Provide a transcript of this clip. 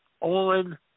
On